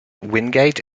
wingate